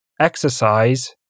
exercise